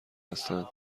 هستند